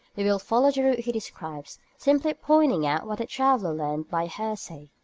we will follow the route he describes, simply pointing out what the traveller learnt by hearsay,